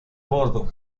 bordo